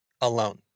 alone